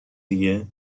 دیگه